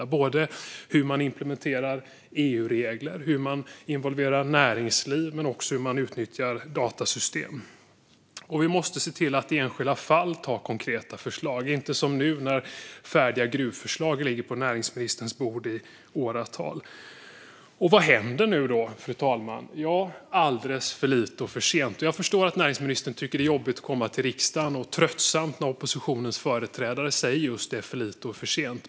Det gäller hur man implementerar EU-regler, hur man involverar näringsliv men också hur man utnyttjar datasystem. Vi måste se till att i enskilda fall anta konkreta förslag. Det kan inte vara som nu när färdiga gruvförslag ligger på näringsministerns bord i åratal. Fru talman! Vad händer nu? Jo, alldeles för lite och för sent. Jag förstår att näringsministern tycker att det är jobbigt att komma till riksdagen, och tröttsamt när oppositionens företrädare säger just att det är för lite och för sent.